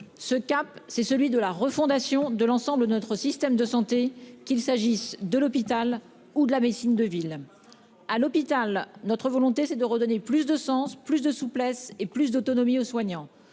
dernier : celui de la refondation de l'ensemble de notre système de santé, qu'il s'agisse de l'hôpital ou de la médecine de ville. À l'hôpital, nous voulons redonner plus de sens, plus de souplesse et plus d'autonomie aux soignants.